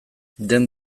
den